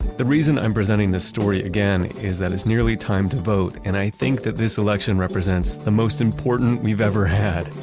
the reason i'm presenting this story again, is that it's nearly time to vote. and i think that this election represents the most important we've ever had.